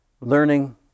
learning